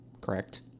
Correct